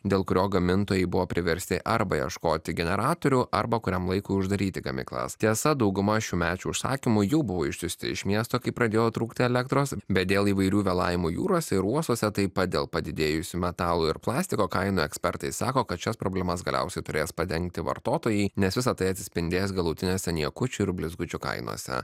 dėl kurio gamintojai buvo priversti arba ieškoti generatorių arba kuriam laikui uždaryti gamyklas tiesa dauguma šiųmečių užsakymų jau buvo išsiųsti iš miesto kai pradėjo trūkti elektros bet dėl įvairių vėlavimų jūrose ir uostuose taip pat dėl padidėjusių metalų ir plastiko kaina ekspertai sako kad šias problemas galiausiai turės padengti vartotojai nes visa tai atsispindės galutinėse niekučių ir blizgučių kainose